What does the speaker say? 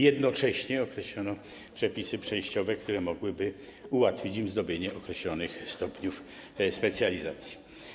Jednocześnie określono przepisy przejściowe, które mogłyby ułatwić tym osobom zrobienie określonych stopni specjalizacji.